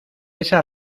esa